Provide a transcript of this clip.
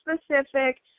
specific